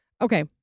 Okay